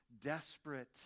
desperate